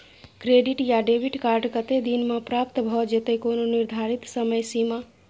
Credit या debit card कत्ते दिन म प्राप्त भ जेतै, कोनो निर्धारित समय सीमा?